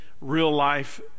real-life